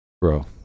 Bro